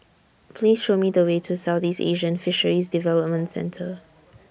Please Show Me The Way to Southeast Asian Fisheries Development Centre